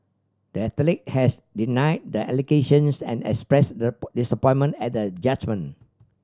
the athlete has deny the allegations and express disappointment at the judgment